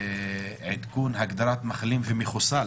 עדכון הגדרת מחלים ו"מחוסל".